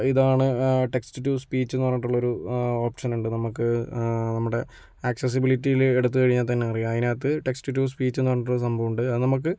ഇതാണ് text to സ്പീച്ചെന്ന് പറഞ്ഞിട്ടുള്ളൊരു ഓപ്ഷൻ ഉണ്ട് നമുക്ക് നമ്മുടെ ആക്സസിബിലിറ്റിയിൽ എടുത്തു കഴിഞ്ഞാൽത്തന്നെ അറിയാം അതിനകത്ത് ടെക്സ്റ്റ് ടു സ്പീച്ചെന്നു പറഞ്ഞിട്ടൊരു സംഭവമുണ്ട് അത് നമുക്ക്